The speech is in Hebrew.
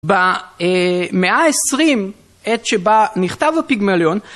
במאה העשרים, עת שבה נכתב הפיגמליון